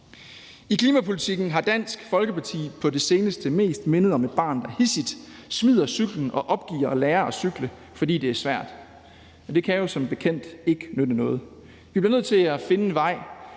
I klimapolitikken har Dansk Folkeparti på det seneste mest mindet om et barn, der hidsigt smider cyklen og opgiver at lære at cykle, fordi det er svært. Det kan jo som bekendt ikke nytte noget. Vi bliver nødt til at finde en vej,